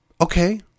Okay